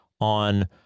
on